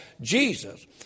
Jesus